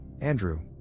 Andrew